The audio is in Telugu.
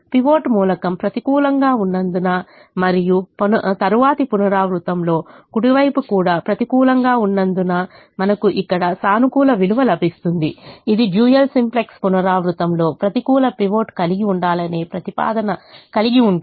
పివట్ మూలకం ప్రతికూలంగా ఉన్నందున మరియు తరువాతి పునరావృతంలో కుడి వైపు కూడా ప్రతికూలంగా ఉన్నందున మనకు ఇక్కడ సానుకూల విలువ లభిస్తుంది ఇది డ్యూయల్ సింప్లెక్స్ పునరావృతంలో ప్రతికూల పైవట్ కలిగి ఉండాలనే ప్రతిపాదన కలిగి ఉంటుంది